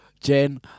Jen